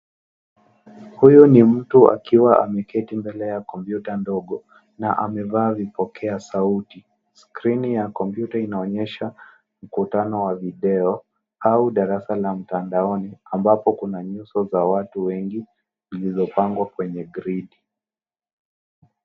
Huyu ni mtu akiwa ameketi mbele y kompyuta ndogo na amevaa vipokea sauti. Skrini ya kompyuta inaonyesha mkutano wa video au darasa la mtandaoni ambapo kuna nyuso za watu wengi ziilizopangwa kwenye gridi.